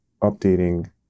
updating